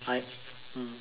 I mm